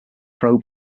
pro